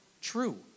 true